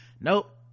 nope